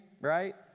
right